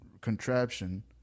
contraption